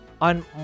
on